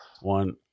one